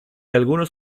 algunos